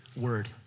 word